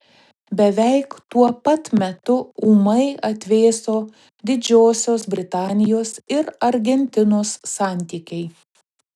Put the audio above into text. beveik tuo pat metu ūmai atvėso didžiosios britanijos ir argentinos santykiai